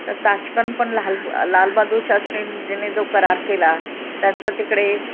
तर ताशकन पण लहल लालबादूर शास्त्रीन जेने जो कर केला त्यांचं तिकडे